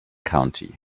county